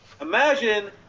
Imagine